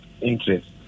Interest